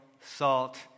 salt